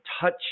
touch